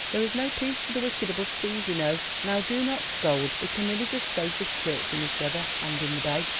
there is no peace for the wicked above seas, you know. now do not scold. the canoe is as safe as church in this weather and in the bay.